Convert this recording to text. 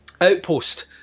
Outpost